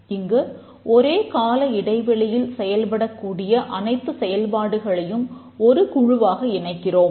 இங்கு ஒரே கால இடைவெளியில் செயல்படக்கூடிய அனைத்து செயல்பாடுகளையும் ஒரு குழுவாக இணைக்கிறோம்